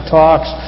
talks